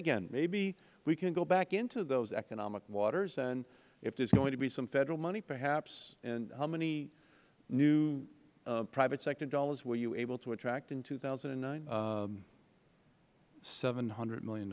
again maybe we can go back into those economic waters and if there is going to be some federal money perhaps and how many new private sector dollars were you able to attract in two thousand and nine mister gaynor seven hundred million